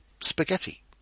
spaghetti